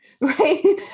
right